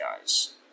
guys